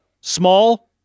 Small